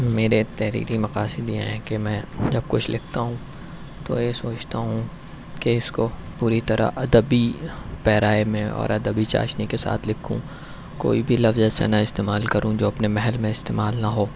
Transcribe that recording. میرے تحریری مقاصد یہ ہیں کہ میں جب کچھ لکھتا ہوں تو یہ سوچتا ہوں کہ اس کو پوری طرح ادبی پیرائے میں اور ادبی چاشنی کے ساتھ لکھوں کوئی بھی لفظ ایسا نہ استعمال کروں جو اپنے نہج میں استعمال نہ ہو